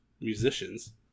musicians